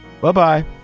Bye-bye